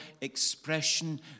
expression